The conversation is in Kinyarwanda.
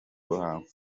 ruhango